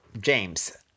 James